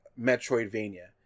metroidvania